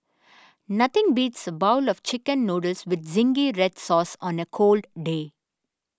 nothing beats a bowl of Chicken Noodles with Zingy Red Sauce on a cold day